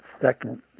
second